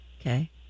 Okay